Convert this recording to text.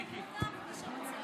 נא לשבת, בבקשה.